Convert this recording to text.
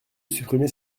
supprimer